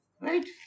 Right